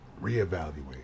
reevaluate